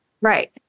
Right